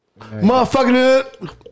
motherfucker